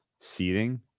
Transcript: seating